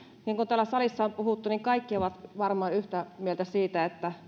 niin kuin täällä salissa on puhuttu niin kaikki ovat varmaan yhtä mieltä siitä että